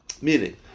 Meaning